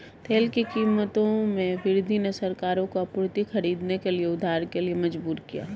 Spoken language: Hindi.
तेल की कीमतों में वृद्धि ने सरकारों को आपूर्ति खरीदने के लिए उधार के लिए मजबूर किया